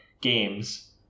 games